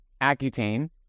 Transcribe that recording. Accutane